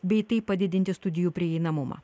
bei taip padidinti studijų prieinamumą